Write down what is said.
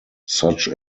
such